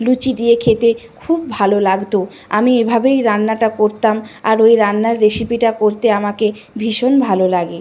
লুচি দিয়ে খেতে খুব ভালো লাগত আমি এভাবেই রান্নাটা করতাম আর ওই রান্নার রেসিপিটা করতে আমাকে ভীষণ ভালো লাগে